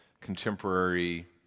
contemporary